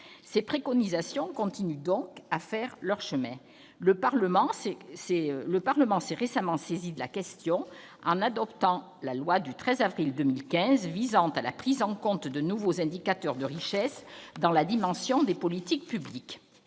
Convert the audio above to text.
Ces préconisations continuent donc de faire leur chemin : le Parlement s'est récemment saisi de la question, en adoptant la loi du 13 avril 2015 visant à la prise en compte des nouveaux indicateurs de richesse dans la définition des politiques publiques.